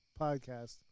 podcast